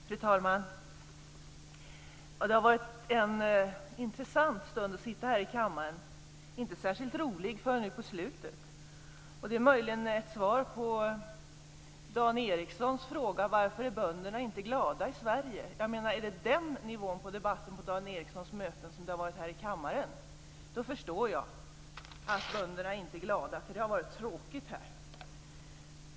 Fru talman! Det har varit en intressant stund att sitta här i kammaren, men inte särskilt rolig förrän nu på slutet. Det är möjligen ett svar på Dan Ericssons fråga om varför bönderna inte är glada i Sverige. Är det den nivån på Dan Ericssons möten som det har varit här i kammaren förstår jag att bönderna inte är glada, för det har varit tråkigt här.